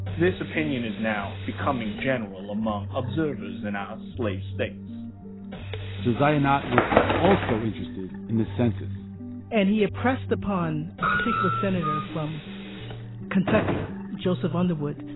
this opinion is now becoming general among observers in our slave states josiah nott was also interested in the census and he impressed upon a particular senator from kentucky, joseph underwood,